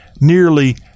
nearly